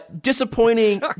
disappointing